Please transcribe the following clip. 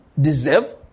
deserve